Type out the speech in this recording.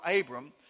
Abram